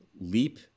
Leap